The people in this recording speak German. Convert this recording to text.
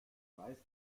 weißt